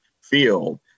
field